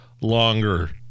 longer